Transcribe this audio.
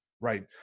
right